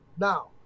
Now